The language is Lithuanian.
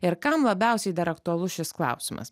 ir kam labiausiai dar aktualus šis klausimas